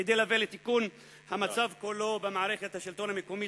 כדי להביא לתיקון המצב כולו במערכת השלטון המקומית.